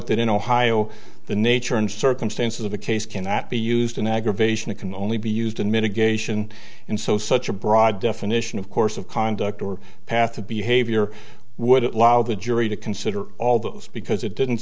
that in ohio the nature and circumstances of the case cannot be used in aggravation it can only be used in mitigation and so such a broad definition of course of conduct or path to be behavior would it loud the jury to consider all those because it didn't